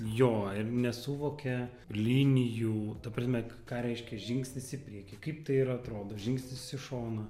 jo ir nesuvokia linijų ta prasme ką reiškia žingsnis į priekį kaip tai ir atrodo žingsnis į šoną